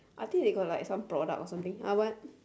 I think they got like some product or something ah what